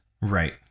Right